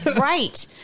Right